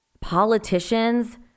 politicians